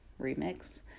remix